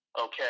okay